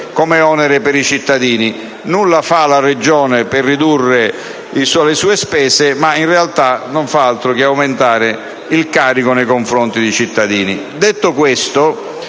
sulle spalle dei cittadini. Nulla fa la Regione per ridurre le sue spese, ma in realta non fa altro che aumentare il carico fiscale nei confronti dei cittadini.